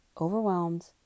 overwhelmed